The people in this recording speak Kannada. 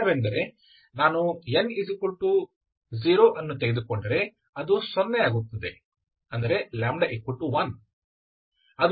ಕಾರಣವೆಂದರೆ ನಾನು n 0 ಅನ್ನು ತೆಗೆದುಕೊಂಡರೆ ಅದು 0 ಆಗುತ್ತದೆ ಅಂದರೆ λ 1